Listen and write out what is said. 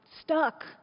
stuck